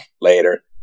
Later